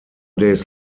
days